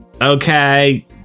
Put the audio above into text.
Okay